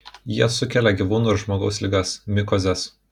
jie sukelia gyvūnų ir žmogaus ligas mikozes